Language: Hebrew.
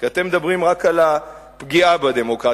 כי אתם מדברים רק על הפגיעה בדמוקרטיה.